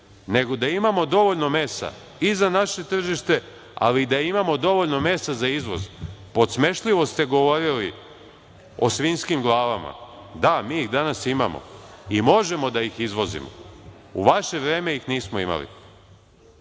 nego da imamo dovoljno mesa i za naše tržite, ali i da imamo dovoljno mesa za izvoz. Podsmešljivo ste govorili o svinjskim glavama. Da, mi ih danas imamo i možemo da ih izvozimo. U vaše vreme ih nismo imali.